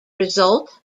result